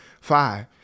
five